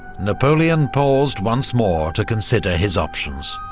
napoleon paused once more to consider his options.